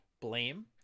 blame